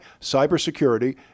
cybersecurity